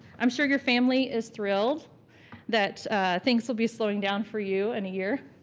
i'm sure your family is thrilled that things will be slowing down for you in a year.